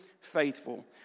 faithful